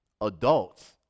adults